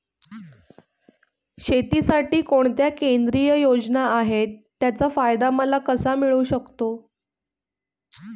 शेतीसाठी कोणत्या केंद्रिय योजना आहेत, त्याचा फायदा मला कसा मिळू शकतो?